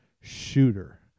Shooter